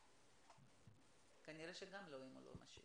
ואחר כך כל הזמן.